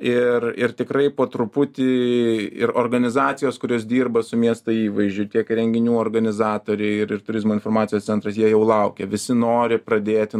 ir ir tikrai po truputį ir organizacijos kurios dirba su miesto įvaizdžiu tiek renginių organizatoriai ir ir turizmo informacijos centras jie jau laukia visi nori pradėti